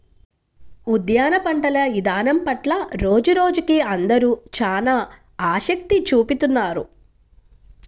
ఉద్యాన పంటల ఇదానం పట్ల రోజురోజుకీ అందరూ చానా ఆసక్తి చూపిత్తున్నారు